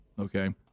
Okay